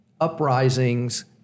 uprisings